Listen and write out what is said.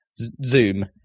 Zoom